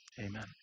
Amen